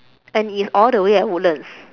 and it's all the way at woodlands